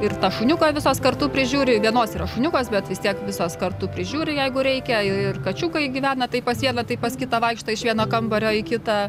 ir tą šuniuką visos kartu prižiūri vienos yra šuniukas bet vis tiek visos kartu prižiūri jeigu reikia ir kačiukai gyvena tai pas vieną tai pas kitą vaikšto iš vieno kambario į kitą